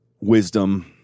wisdom